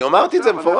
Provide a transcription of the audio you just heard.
אני אמרתי את זה במפורש.